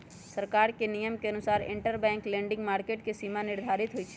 सरकार के नियम के अनुसार इंटरबैंक लैंडिंग मार्केट के सीमा निर्धारित होई छई